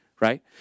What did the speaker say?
Right